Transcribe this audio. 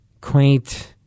quaint